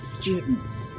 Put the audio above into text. students